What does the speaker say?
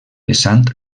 vessant